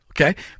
okay